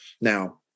now